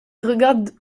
regarde